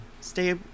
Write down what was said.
Stay